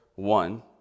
One